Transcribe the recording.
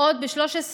עוד ב-13 במרץ,